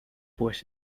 pues